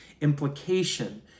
implication